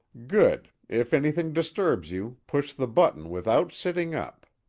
good. if anything disturbs you push the button without sitting up.